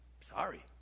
Sorry